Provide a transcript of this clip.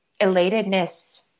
elatedness